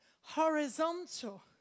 horizontal